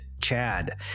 Chad